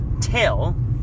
till